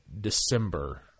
December